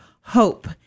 hope